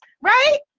right